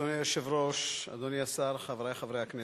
אדוני היושב-ראש, אדוני השר, חברי חברי הכנסת,